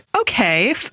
Okay